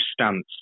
stance